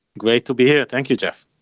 great to be here. thank you, jeff.